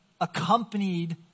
accompanied